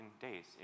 days